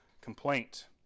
complaint